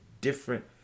different